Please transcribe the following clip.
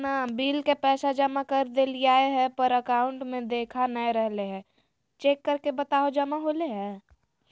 Bill के पैसा जमा कर देलियाय है पर अकाउंट में देखा नय रहले है, चेक करके बताहो जमा होले है?